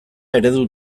eredu